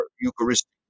eucharistic